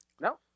No